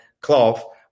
cloth